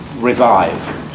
revive